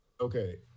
Okay